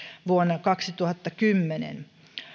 vuonna kaksituhattakymmenen